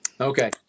Okay